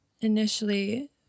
initially